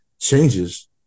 changes